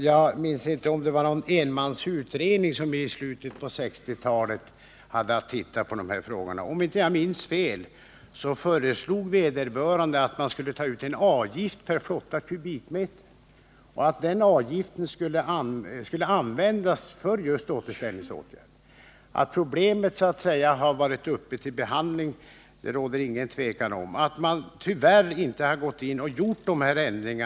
Herr talman! Jag tror det var någon enmansutredning som i slutet av 1960-talet hade att se på dessa frågor. Om jag inte minns fel föreslog vederbörande att man skulle ta ut en avgift per fottad kubikmeter och att den avgiften skulle användas för återställningsåtgärder. Att problemet hade varit uppe till behandling råder det inget tvivel om. Det är att beklaga att man inte har genomfört denna ändring.